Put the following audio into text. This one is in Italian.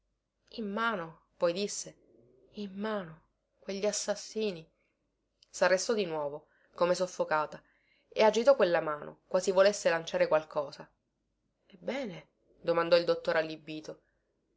in mano poi disse in mano quegli assassini sarrestò di nuovo come soffocata e agitò quella mano quasi volesse lanciare qualcosa ebbene domandò il dottore allibito